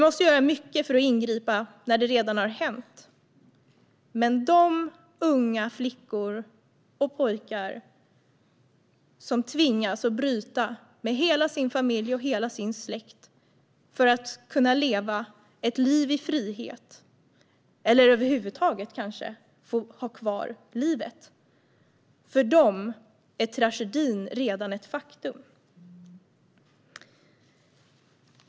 Vi måste göra mycket för att ingripa när det redan har hänt, men för de unga pojkar och flickor som tvingas bryta med hela sin familj och släkt för att kunna leva ett liv i frihet - eller kanske över huvud taget få ha livet i behåll - är tragedin redan ett faktum.